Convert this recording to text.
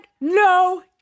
no